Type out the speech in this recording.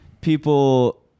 people